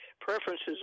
preferences